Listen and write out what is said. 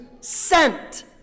sent